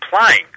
playing